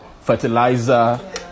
fertilizer